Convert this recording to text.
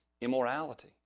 Immorality